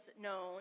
known